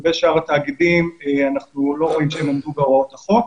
לגבי שאר התאגידים אנחנו לא רואים שהם עמדו בהוראות החוק.